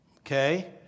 Okay